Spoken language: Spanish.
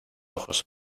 ojos